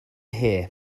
here